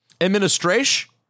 administration